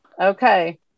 Okay